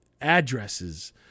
addresses